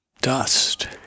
dust